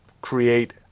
create